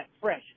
fresh